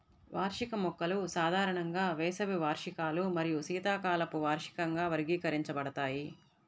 వార్షిక మొక్కలు సాధారణంగా వేసవి వార్షికాలు మరియు శీతాకాలపు వార్షికంగా వర్గీకరించబడతాయి